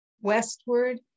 westward